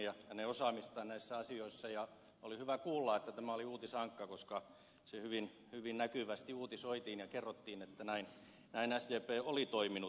gustafssonia hänen osaamistaan näissä asioissa ja oli hyvä kuulla että tämä oli uutisankka koska se hyvin näkyvästi uutisoitiin ja kerrottiin että näin sdp oli toiminut